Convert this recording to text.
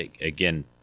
again